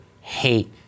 hate